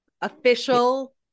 Official